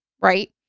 right